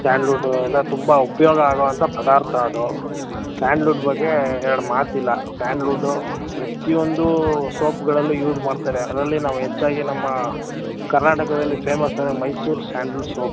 sandalwood ಇಂದ ತುಂಬ ಉಪಯೋಗ ಆಗೋ ಅಂಥ ಪದಾರ್ಥ ಅದು ಸ್ಯಾಂಡ್ಲ್ವುಡ್ ಬಗ್ಗೆ ಎರಡು ಮಾತಿಲ್ಲ ಸ್ಯಾಂಡ್ಲ್ವುಡ್ಡು ಪ್ರತಿಯೊಂದು ಸೋಪ್ಗಳಲ್ಲು ಯೂಸ್ ಮಾಡ್ತಾರೆ ಅದರಲ್ಲಿ ನಾವು ಹೆಚ್ಚಾಗಿ ನಮ್ಮ ಕರ್ನಾಟಕದಲ್ಲಿ ಫೇಮಸ್ ಅಂದ್ರೆ ಮೈಸೂರ್ ಸ್ಯಾಂಡ್ಲ್ ಸೋಪ್